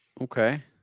Okay